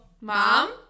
Mom